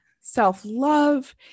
self-love